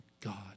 God